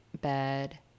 bed